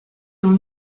dans